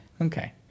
Okay